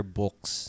books